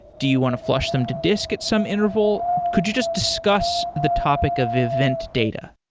do you want to flash them to disk at some interval? could you just discuss the topic of event data?